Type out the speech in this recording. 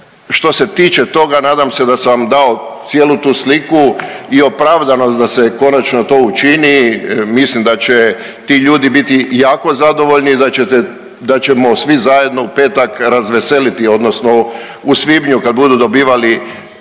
što se tiče toga. Nadam se da sam vam dao cijelu tu sliku i opravdanost da se konačno to učini. Mislim da će ti ljudi biti jako zadovoljni i da ćete, da ćemo svi zajedno u petak razveseliti odnosno u svibnju kad budu dobivali